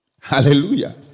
Hallelujah